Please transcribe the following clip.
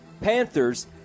Panthers